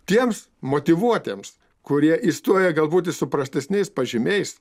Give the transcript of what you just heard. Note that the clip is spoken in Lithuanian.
tiems motyvuotiems kurie įstoja galbūt ir su prastesniais pažymiais